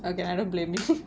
okay I don't blame you